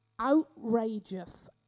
outrageous